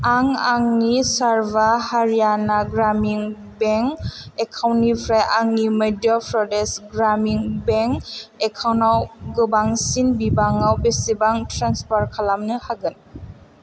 आं आंनि सार्भा हारियाना ग्रामिन बेंक एकाउन्टनिफ्राय आंनि मध्य प्रदेश ग्रामिन बेंक एकाउन्टआव गोबांसिन बिबाङाव बेसेबां ट्रेन्सफार खालामनो हागोन